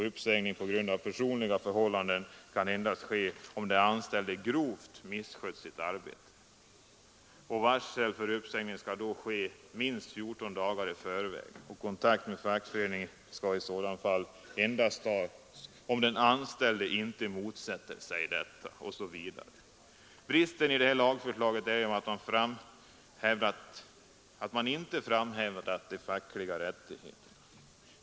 Uppsägning på grund av personliga förhållanden kan endast ske om den anställde ”grovt misskött sitt arbete”. Varsel för uppsägning skall då ske minst fjorton dagar i förväg. Kontakt med fackföreningen skall i sådant fall endast tas ”om den anställda inte motsätter sig detta.” Bristen i lagförslaget är att man inte framhäver de fackliga rättigheterna.